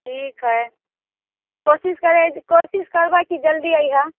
ठीक हय कोशिश करबै कोशिश करबै की जल्दी अहिए